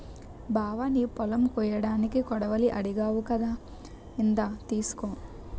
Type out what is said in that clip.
బావా నీ పొలం కొయ్యడానికి కొడవలి అడిగావ్ కదా ఇందా తీసుకో